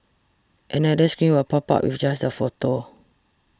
another screen will pop up with just the photo